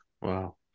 Wow